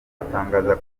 atangaza